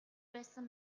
байсан